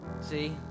See